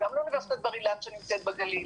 גם לאוניברסיטת בר אילן שנמצאת בגליל.